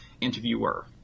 interviewer